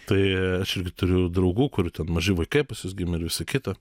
tai aš irgi turiu draugų kurių ten maži vaikai pas juos gimė ir visa kita